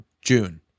June